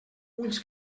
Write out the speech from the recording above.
ulls